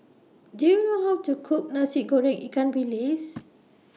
Do YOU know How to Cook Nasi Goreng Ikan Bilis